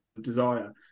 desire